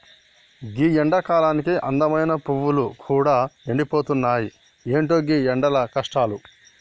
గీ ఎండకాలానికి అందమైన పువ్వులు గూడా ఎండిపోతున్నాయి, ఎంటో గీ ఎండల కష్టాలు